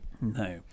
No